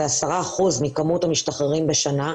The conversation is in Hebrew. זה 10 אחוזים ממספר המשתחררים בשנה.